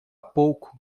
pouco